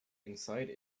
inside